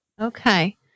Okay